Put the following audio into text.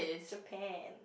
Japan